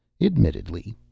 Admittedly